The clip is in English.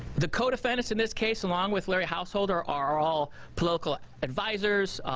the codefendants in this case along with larry householder are all political advisors,